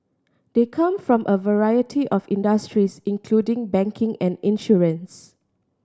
they come from a variety of industries including banking and insurance